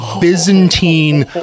byzantine